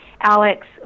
Alex